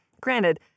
granted